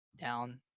down